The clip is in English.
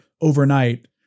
overnight